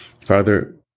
Father